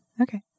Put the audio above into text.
Okay